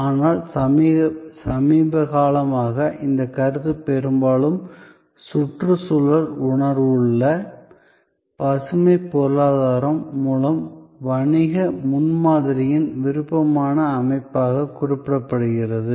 ஆனால் சமீபகாலமாக இந்த கருத்து பெரும்பாலும் சுற்றுச்சூழல் உணர்வுள்ள பசுமை பொருளாதாரம் மூலம் வணிக முன்மாதிரியின் விருப்பமான அமைப்பாக குறிப்பிடப்படுகிறது